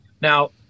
Now